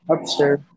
Upstairs